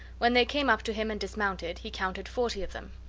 when they came up to him and dismounted, he counted forty of them.